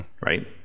right